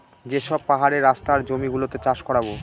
যে সব পাহাড়ের রাস্তা আর জমি গুলোতে চাষ করাবো